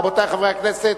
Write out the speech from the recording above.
רבותי חברי הכנסת,